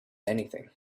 anything